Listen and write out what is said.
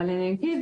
אבל אני אגיד